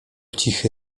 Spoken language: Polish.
cichy